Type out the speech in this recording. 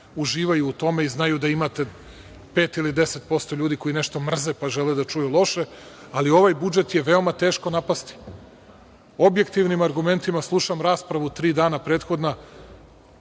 Uživaju u tome i znaju da imate pet ili 10% ljudi koji nešto mrze pa žele da čuju loše, ali ovaj budžet je veoma teško napasti objektivnim argumentima. Slušam raspravu u tri dana prethodna.